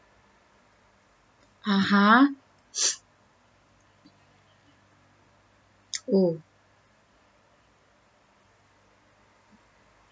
(uh huh) oh